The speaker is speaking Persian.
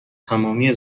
تمامی